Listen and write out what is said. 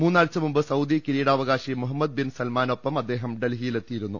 മൂന്നാഴ്ച മുൻപ് സൌദി കിരീടാവകാശി മുഹമ്മദ് ബിൻ സൽമാനൊപ്പം അദ്ദേഹം ഡൽഹിയിലെത്തിയിരുന്നു